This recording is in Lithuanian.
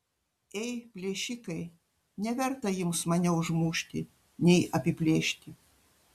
ei plėšikai neverta jums mane užmušti nei apiplėšti